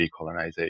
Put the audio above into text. decolonization